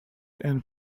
and